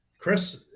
Chris